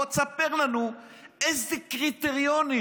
בוא תספר לנו איזה קריטריונים.